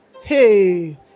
Hey